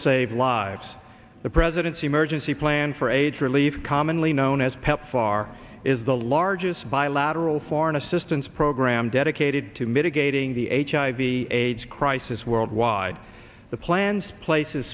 save lives the president emergency plan for aids relief commonly known as pepfar is the largest bilateral foreign assistance program dedicated to mitigating the hiv aids crisis worldwide the plan's places